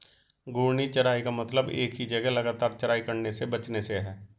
घूर्णी चराई का मतलब एक ही जगह लगातार चराई करने से बचने से है